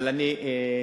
אבל אני,